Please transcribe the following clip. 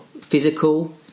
physical